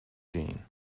jeanne